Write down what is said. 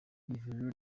ivuriro